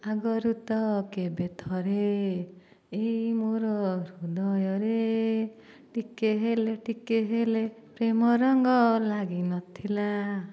ଆଗରୁ ତ କେବେ ଥରେ ଏଇ ମୋର ହୃଦୟରେ ଟିକିଏ ହେଲେ ଟିକିଏ ହେଲେ ପ୍ରେମରଙ୍ଗ ଲାଗି ନଥିଲା